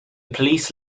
police